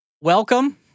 Welcome